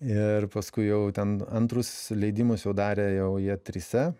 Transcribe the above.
ir paskui jau ten antrus leidimus jau darė jau jie trise